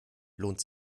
lohnt